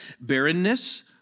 Barrenness